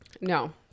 No